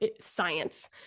science